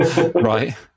Right